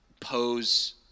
pose